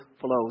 flows